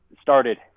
started